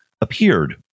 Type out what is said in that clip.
appeared